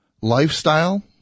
lifestyle